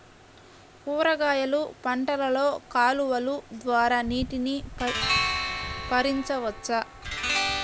కూరగాయలు పంటలలో కాలువలు ద్వారా నీటిని పరించవచ్చా?